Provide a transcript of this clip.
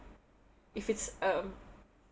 if it's um